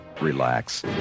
Relax